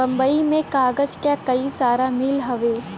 बम्बई में कागज क कई सारा मिल हउवे